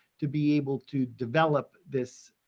to be able to develop this